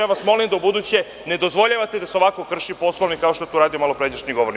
Ja vas molim da ubuduće ne dozvoljavate da se ovako krši Poslovnik, kao što je to uradio malopređašnji govornik.